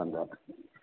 अन्त